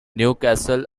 newcastle